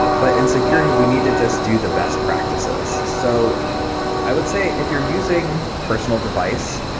but in security, we need to just do the best practices, so i would say if you're using personal device,